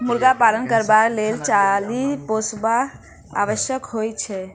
मुर्गा पालन करबाक लेल चाली पोसब आवश्यक होइत छै